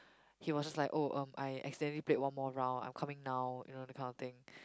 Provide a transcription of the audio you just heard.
he was like oh um I accidentally played one more round I'm coming now you know that kind of thing